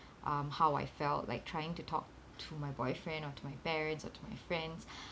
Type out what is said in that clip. um how I felt like trying to talk to my boyfriend or to my parents or to my friends